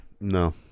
No